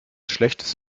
schlechtes